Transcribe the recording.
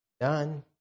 done